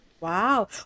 Wow